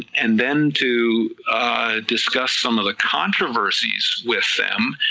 and then to discuss some of the controversies with them,